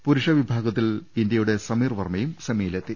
പുരുഷ വിഭാഗത്തിൽ ഇന്ത്യയുടെ സമീർ വർമ്മയും സെമിയിലെത്തി